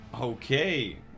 Okay